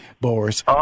Boris